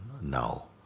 now